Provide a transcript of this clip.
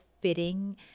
fitting